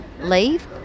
leave